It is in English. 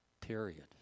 Period